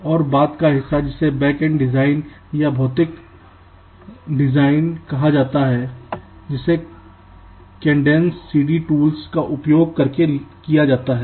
और बाद का हिस्सा जिसे बैक एंड डिज़ाइन या भौतिक डिज़ाइन कहा जाता है जिसे केडेन्स सीएडी टूल्स का उपयोग करके किया जाता है